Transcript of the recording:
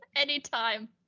Anytime